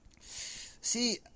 See